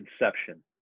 Inception